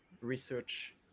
research